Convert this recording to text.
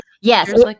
Yes